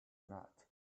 not